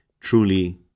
truly